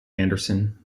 anderson